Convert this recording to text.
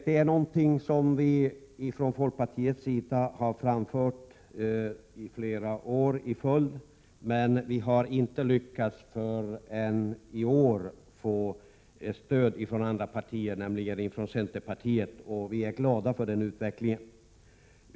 Det är någonting som vi från folkpartiets sida föreslagit flera år i följd, men vi har inte förrän i år lyckats få stöd från ett annat parti, nämligen från centerpartiet och vi är glada för det stödet.